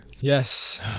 Yes